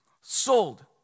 Sold